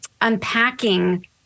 unpacking